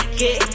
get